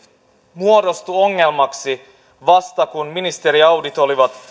muodostui ongelmaksi vasta kun ministeri audit olivat